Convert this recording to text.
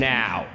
now